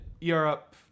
Europe